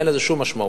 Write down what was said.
אין לזה שום משמעות.